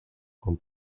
con